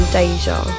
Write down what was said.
Deja